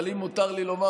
אבל אם מותר לי לומר,